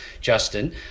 Justin